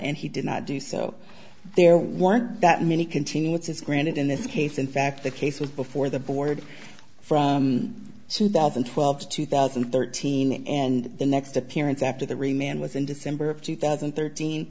and he did not do so there weren't that many continuance is granted in this case in fact the case was before the board from two thousand and twelve to two thousand and thirteen and the next appearance after the ring man was in december of two thousand and thirteen